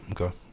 okay